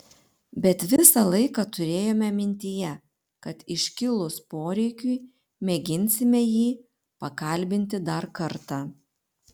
bet visą laiką turėjome mintyje kad iškilus poreikiui mėginsime jį pakalbinti dar kartą